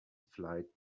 flight